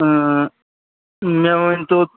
مےٚ ؤنۍ تو